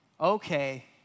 okay